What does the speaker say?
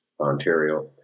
Ontario